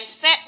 set